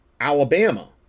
Alabama